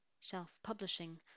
Self-publishing